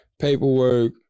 paperwork